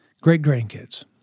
great-grandkids